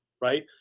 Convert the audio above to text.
right